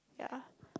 yeah